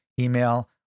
email